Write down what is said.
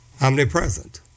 omnipresent